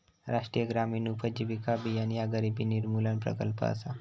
राष्ट्रीय ग्रामीण उपजीविका अभियान ह्या गरिबी निर्मूलन प्रकल्प असा